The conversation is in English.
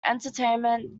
entertainment